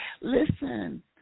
Listen